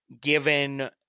given –